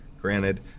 granted